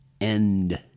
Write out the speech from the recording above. end